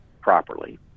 properly